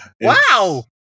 Wow